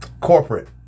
corporate